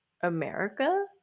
America